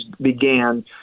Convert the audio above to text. began